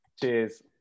Cheers